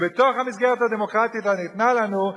ובתוך המסגרת הדמוקרטית שניתנה לנו,